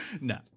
No